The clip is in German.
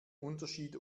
unterschied